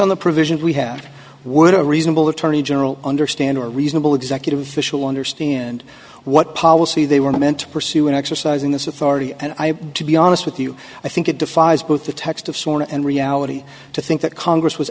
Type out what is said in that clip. on the provision we have would a reasonable attorney general understand or reasonable executive fishel understand what policy they were meant to pursue and exercising this authority and i to be honest with you i think it defies both the text of song and reality to think that congress was